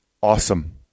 Awesome